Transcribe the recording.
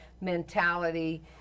mentality